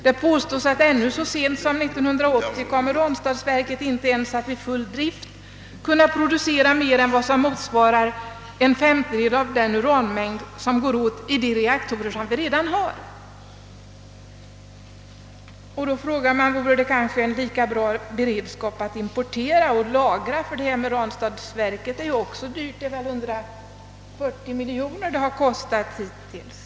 Det påstås att ännu så sent som 1980 kommer Ranstadsverket inte ens att vid full drift kunna producera mer än vad som motsvarar en femtedel av den uranmängd som går åt till de reaktorer som vi redan har. Då frågar man om det kanske inte vore en lika bra beredskap att importera och lagra, ty Ranstadsverket är ju också dyrt. Det lär hittills ha kostat 140 miljoner kronor.